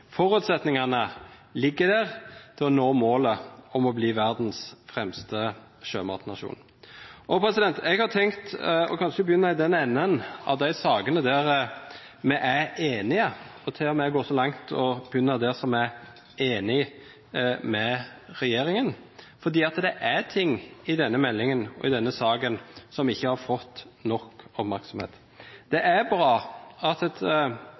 Forutsetningene ligger der for å nå målet om å bli verdens fremste sjømatnasjon. Jeg har tenkt å begynne med de sakene der vi er enige, og til og med gå så langt som å begynne med det som vi er enige med regjeringen om, for det er ting i denne meldingen, i denne saken, som ikke har fått nok oppmerksomhet. Det er bra at et